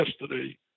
yesterday